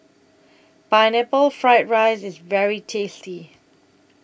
Pineapple Fried Rice IS very tasty